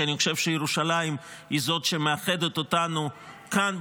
כי אני חושב שירושלים היא זאת שמאחדת אותנו כאן,